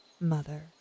mother